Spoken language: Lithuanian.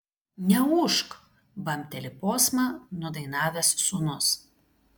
neūžk bambteli posmą nudainavęs sūnus